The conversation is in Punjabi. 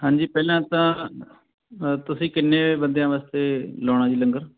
ਹਾਂਜੀ ਪਹਿਲਾਂ ਤਾਂ ਤੁਸੀਂ ਕਿੰਨੇ ਬੰਦਿਆਂ ਵਾਸਤੇ ਲਾਉਣਾ ਜੀ ਲੰਗਰ